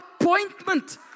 appointment